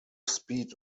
speed